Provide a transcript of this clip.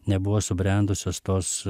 nebuvo subrendusios tos